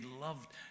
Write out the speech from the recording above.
loved